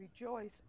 Rejoice